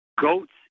goats